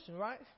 right